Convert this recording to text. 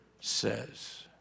says